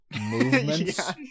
movements